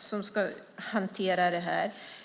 som ska hantera detta.